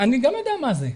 - אני גם יודע מה זה.